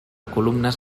columnes